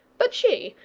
but she,